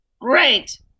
Great